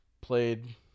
played